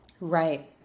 Right